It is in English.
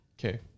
okay